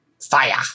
Fire